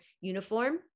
uniform